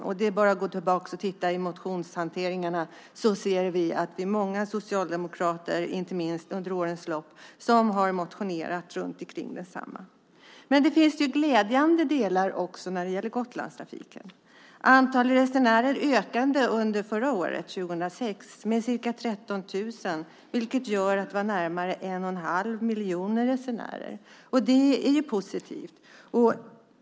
Det är bara att gå tillbaka och titta i motionshanteringen så ser vi att det är många socialdemokrater inte minst under årens lopp som har motionerat om detta. Men det finns ju glädjande delar också när det gäller Gotlandstrafiken. Antalet resenärer ökade under förra året, 2006, med ca 13 000, vilket gör att det var närmare en och en halv miljon resenärer. Det är ju positivt.